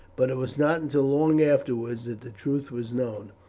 but it was not until long afterwards that the truth was known.